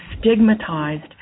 stigmatized